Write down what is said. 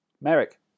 Merrick